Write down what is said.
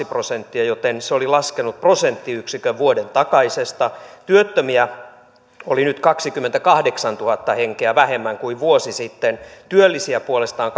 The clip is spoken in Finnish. prosenttia joten se oli laskenut prosenttiyksikön vuoden takaisesta työttömiä oli nyt kaksikymmentäkahdeksantuhatta henkeä vähemmän kuin vuosi sitten työllisiä puolestaan